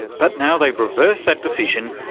but now they've reversed that decision,